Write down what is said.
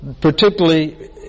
particularly